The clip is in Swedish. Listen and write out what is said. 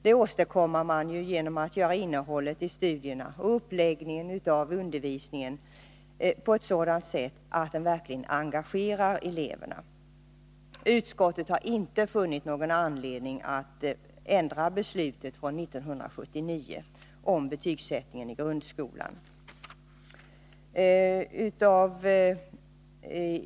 Detta åstadkommer man ju genom att göra innehållet i studierna intressant och genom att lägga upp undervisningen på ett sådant sätt att eleverna verkligen engageras. Utskottet har inte funnit någon anledning att ändra beslutet från 1979 om betygssättningen i grundskolan.